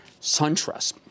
SunTrust